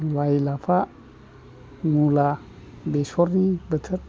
लाय लाफा मुला बेसरनि बोथोर